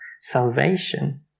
salvation